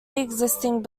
existing